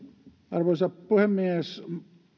arvoisa puhemies